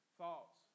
thoughts